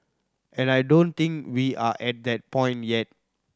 and I don't think we are at that point yet